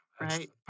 right